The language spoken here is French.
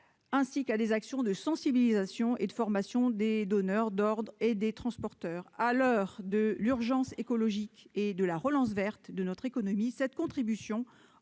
ainsi qu'à des actions de sensibilisation et de formation des donneurs d'ordre et des transporteurs. À l'heure de l'urgence écologique et de la relance verte de notre économie, cette contribution